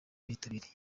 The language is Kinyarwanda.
bitabiriye